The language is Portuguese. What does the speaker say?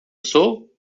sou